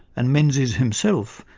and menzies himself,